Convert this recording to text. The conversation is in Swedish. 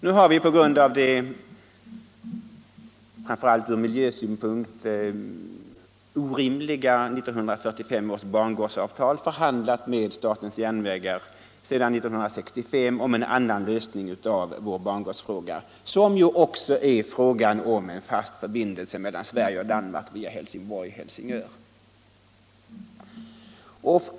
Nu har vi på grund av det, framför allt ur miljösynpunkt, orimliga 1945 års bangårdsavtal förhandlat med statens järnvägar sedan 1965 om en annan lösning av vår bangårdsfråga, som ju också är frågan om en fast förbindelse mellan Sverige och Danmark via Helsingborg-Helsingör.